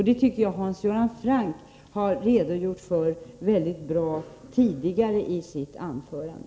Det har Hans Göran Franck tidigare redogjort mycket bra för i sitt anförande.